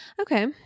Okay